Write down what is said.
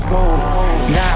Now